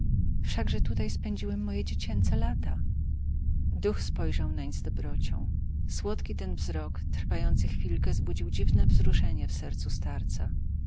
wszakże tutaj spędziłem moje dziecięce lata duch spojrzał nań z dobrocią słodki ten wzrok trwający chwilkę zbudził dziwne wzruszenie w sercu starca